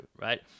right